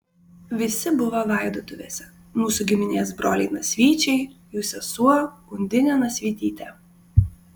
visi buvo laidotuvėse mūsų giminės broliai nasvyčiai jų sesuo undinė nasvytytė